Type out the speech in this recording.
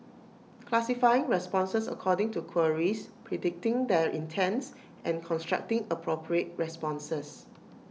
classifying responses according to queries predicting their intents and constructing appropriate responses